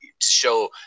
show